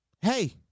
Hey